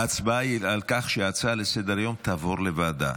ההצבעה היא על כך שההצעה לסדר-היום תעבור לוועדה.